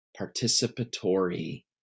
participatory